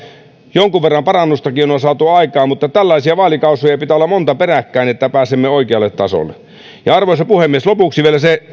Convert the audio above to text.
jonkun verran parannustakin on on saatu aikaan mutta tällaisia vaalikausia pitää olla monta peräkkäin että pääsemme oikealle tasolle arvoisa puhemies lopuksi